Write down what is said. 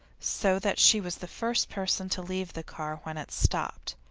so that she was the first person to leave the car when it stopped.